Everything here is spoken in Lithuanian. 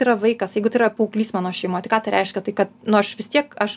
tai yra vaikas jeigu tai yra paauglys mano šeimoj tai ką tai reiškia tai kad nu aš vis tiek aš